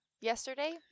Yesterday